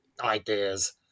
ideas